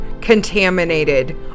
contaminated